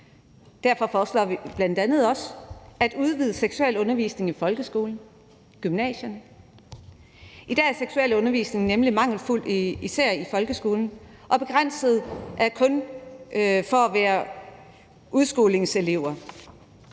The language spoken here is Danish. Derfor foreslår vi bl.a. også at udvide seksualundervisningen i folkeskolen og i gymnasierne. I dag er seksualundervisningen nemlig mangelfuld, især i folkeskolen, og er begrænset til kun at være for udskolingselever.